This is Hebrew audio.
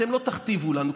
אתם לא תכתיבו לנו,